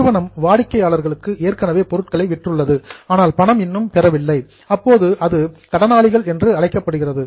நிறுவனம் வாடிக்கையாளர்களுக்கு ஏற்கனவே பொருட்களை விற்றுள்ளது ஆனால் பணம் இன்னும் பெறவில்லை அப்போது அது கடனாளிகள் என்று அழைக்கப்படுகிறது